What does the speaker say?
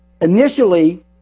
initially